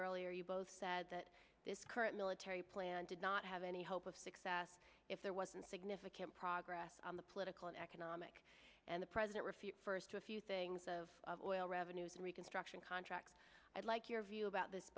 earlier you both said that this current military plan did not have any hope of success if there wasn't significant progress on the political and economic and the president first to a few things of oil revenues and reconstruction contracts i'd like your view about this